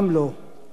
הצבעה.